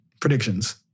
Predictions